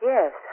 Yes